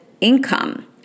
income